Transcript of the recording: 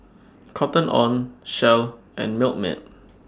Cotton on Shell and Milkmaid